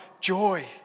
joy